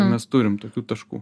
mes turim tokių taškų